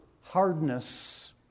hardness